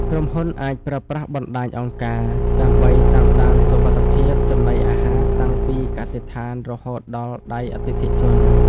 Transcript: ក្រុមហ៊ុនអាចប្រើប្រាស់បណ្ដាញអង្គការ ដើម្បីតាមដានសុវត្ថិភាពចំណីអាហារតាំងពីកសិដ្ឋានរហូតដល់ដៃអតិថិជន។